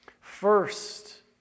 First